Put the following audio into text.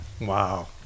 Wow